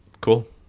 Cool